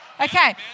Okay